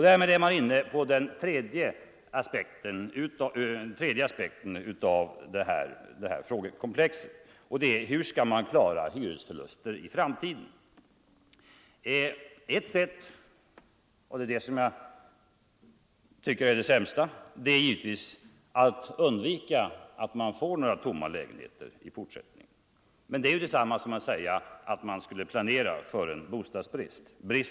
Därmed är jag inne på den tredje aspekten på det här frågekomplexet: Hur skall man klara hyresförluster i framtiden: Ett sätt — enligt min mening det sämsta — är givetvis att undvika att få tomma lägenheter i fortsättningen, men det är detsamma som att planera för en bostadsbrist.